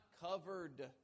covered